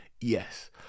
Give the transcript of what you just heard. Yes